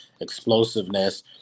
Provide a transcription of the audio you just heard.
explosiveness